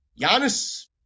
Giannis